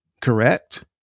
correct